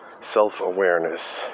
Self-awareness